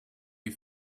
you